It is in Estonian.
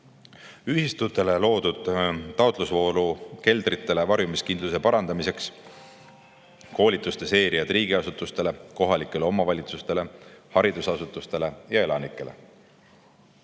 ühistutele loodud taotlusvooru keldrite varjumiskindluse parandamiseks ning koolituste seeriad riigiasutustele, kohalikele omavalitsustele, haridusasutustele ja elanikele.